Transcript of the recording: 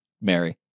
Mary